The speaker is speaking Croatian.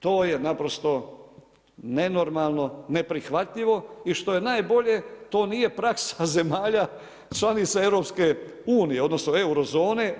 To je naprosto nenormalno, neprihvatljivo i što je najbolje to nije praksa zemalja članica Europske unije odnosno euro-zone.